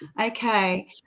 okay